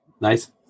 Nice